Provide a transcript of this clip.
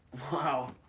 wow.